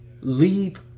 Leave